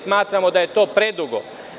Smatramo da je to predugo.